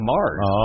Mars